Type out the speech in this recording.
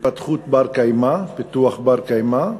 התפתחות בת-קיימא, פיתוח בר-קיימא,